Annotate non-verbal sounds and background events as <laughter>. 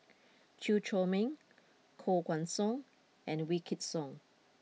<noise> Chew Chor Meng <noise> Koh Guan Song and Wykidd Song